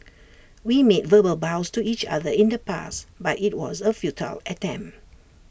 we made verbal vows to each other in the past but IT was A futile attempt